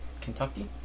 Kentucky